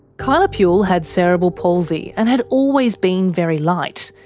kyla puhle had cerebral palsy and had always been very light.